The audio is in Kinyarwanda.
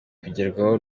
kugerwaho